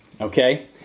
okay